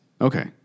Okay